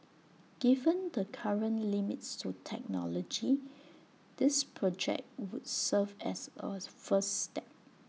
given the current limits to technology this project would serve as A first step